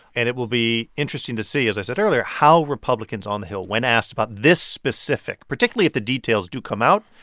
and it will be interesting to see, as i said earlier, how republicans on the hill, when asked about this specific, particularly if the details do come out,